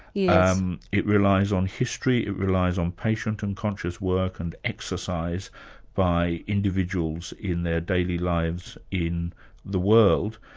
yeah um it relies on history, it relies on patient and conscious work and exercise by individuals in their daily lives in the world,